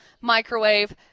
microwave